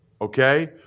okay